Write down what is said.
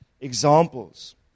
examples